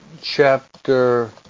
chapter